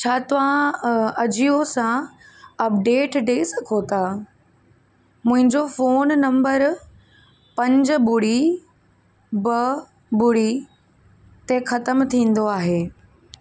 छा तव्हां अजियो सां अपडेट ॾई सघो था मुंहिंजो फोन नंबर पंज ॿुड़ी ॿ ॿुड़ी ते ख़तम थींदो आहे